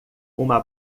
uma